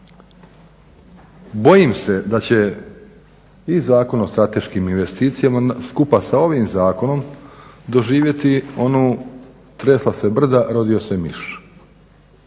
Bojim se da će i Zakon o strateškim investicijama skupa sa ovim zakonom doživjeti onu "tresla se brda, rodio se miš".